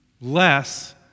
less